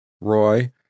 Roy